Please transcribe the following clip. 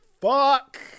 fuck